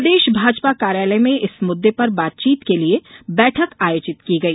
प्रदेश भाजपा कार्यालय में इस मुददे पर बातचीत के लिए बैठक आयोजित की गई